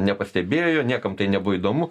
nepastebėjo niekam tai nebuvo įdomu